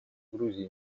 грузии